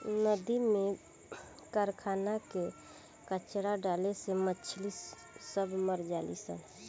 नदी में कारखाना के कचड़ा डाले से मछली सब मर जली सन